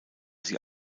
sie